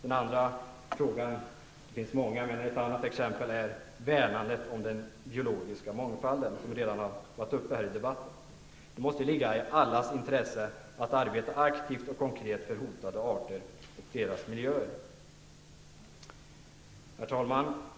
En andra fråga -- i och för sig finns det många frågor här -- gäller värnandet av den biologiska mångfalden, något som ju redan har tagits upp här i debatten. Det måste ligga i allas intresse att arbeta aktivt och konkret för bevarandet av hotade arter och deras miljöer. Herr talman!